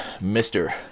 mister